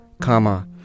comma